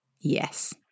Yes